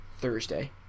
Thursday